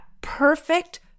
perfect